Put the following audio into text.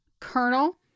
Colonel